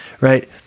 right